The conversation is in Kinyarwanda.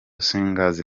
singers